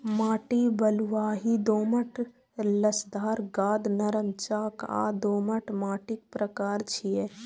माटि बलुआही, दोमट, लसदार, गाद, नरम, चाक आ दोमट माटिक प्रकार छियै